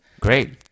Great